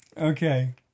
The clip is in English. Okay